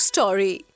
Story